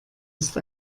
ist